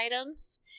items